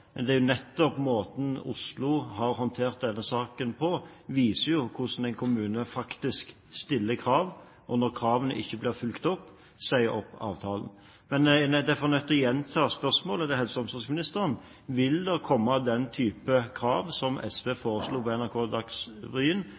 det fra. Måten Oslo har håndtert denne saken på, viser jo nettopp hvordan en kommune faktisk kan stille krav og, når kravene ikke blir fulgt opp, sier opp avtalen. Jeg er derfor nødt til å gjenta spørsmålet til helse- og omsorgsministeren: Vil det komme den type krav fra regjeringen som SV foreslo på NRK